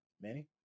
Manny